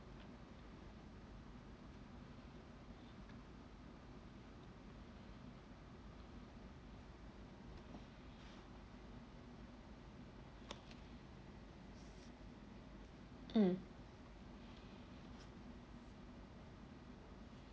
mm